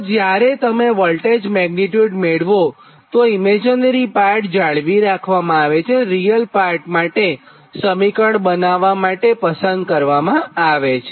તો જ્યારે તમે વોલ્ટેજ મેગ્નીટ્યુડ મેળવોતો ઇમેજીનરી પાર્ટ જાળવી રાખવામાં આવે છે અને રીયલ પાર્ટ એ સમીકરણ બનાવ્વા માટે પસંદ કરવામાં આવે છે